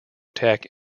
attack